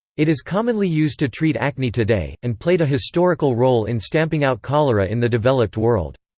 it is commonly used to treat acne today, and played a historical role in stamping out cholera in the developed world.